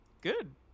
good